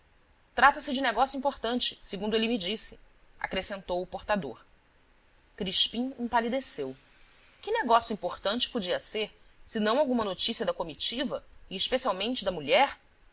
trata-se de negócio importante segundo ele me disse acrescentou o portador crispim empalideceu que negócio importante podia ser se não alguma notícia da comitiva e especialmente da mulher